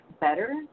better